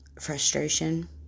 frustration